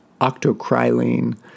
octocrylene